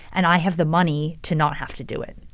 and i have the money to not have to do it